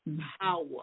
power